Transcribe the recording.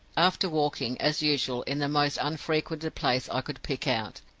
after walking, as usual, in the most unfrequented place i could pick out,